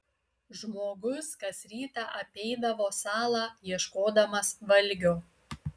žmogus kas rytą apeidavo salą ieškodamas valgio